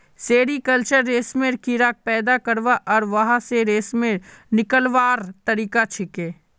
sericulture रेशमेर कीड़ाक पैदा करवा आर वहा स रेशम निकलव्वार तरिका छिके